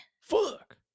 fuck